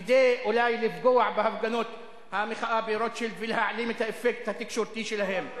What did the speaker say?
כדי אולי לפגוע בהפגנות המחאה ברוטשילד ולהעלים את האפקט התקשורתי שלהן.